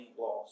loss